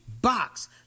box